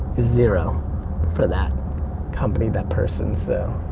is zero for that company, that person so,